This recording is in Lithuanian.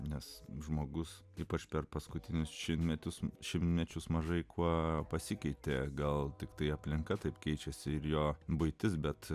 nes žmogus ypač per paskutinius šimtmečius šimtmečius mažai kuo pasikeitė gal tiktai aplinka taip keičiasi ir jo buitis bet